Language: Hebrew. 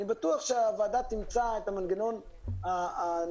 אני בטוח שהוועדה תמצא את המנגנון הנכון